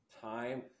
time